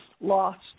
lost